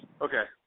Okay